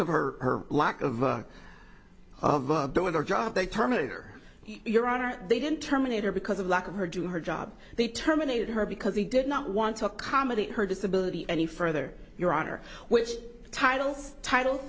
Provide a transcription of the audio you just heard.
of her lack of a doing our job they terminator your honor they didn't terminator because of lack of her do her job they terminated her because he did not want to accommodate her disability any further your honor which titles title